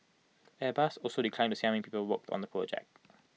airbus also declined to say how many people work on the project